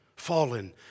fallen